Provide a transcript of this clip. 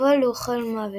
בפועל היה אוכל מוות.